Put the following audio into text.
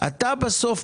אתה בסוף,